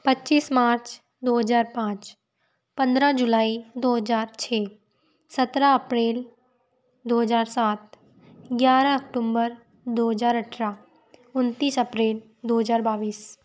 पचीस मार्च दो हजार पाँच पंद्रह जुलाई दो हजार छः सत्रह अप्रैल हजार सात ग्यारह अकटुम्बर दो हजार अठरह उनतीस अप्रील दो हजार बाईस